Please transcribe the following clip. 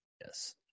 yes